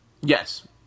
Yes